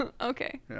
Okay